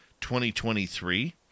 2023